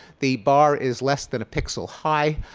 the bar is less than a pixel high.